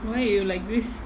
why you like this